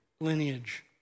lineage